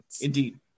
Indeed